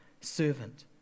servant